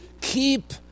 keep